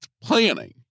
planning